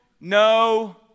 no